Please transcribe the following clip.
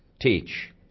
teach